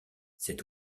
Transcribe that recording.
cet